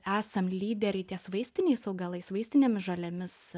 esam lyderiai ties vaistiniais augalais vaistinėmis žolėmis